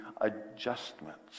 adjustments